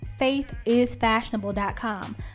faithisfashionable.com